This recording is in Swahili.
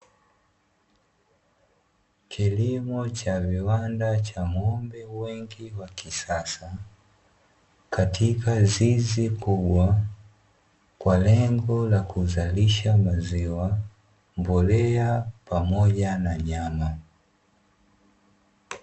Kilimo cha viwanda cha ng'ombe wengi wa kisasa, katika zizi kubwa kwa lengo la kuzalisha maziwa, mbolea pamoja na nyama.